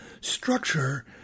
structure